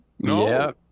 No